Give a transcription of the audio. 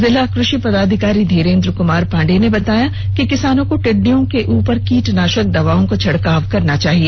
जिला कृषि पदाधिकारी धीरेंद्र कुमार पांडेय ने बताया कि किसानों को टिड्डियों के ऊपर कीटनाशक दवाओं का छिड़काव करना चाहिए